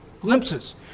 glimpses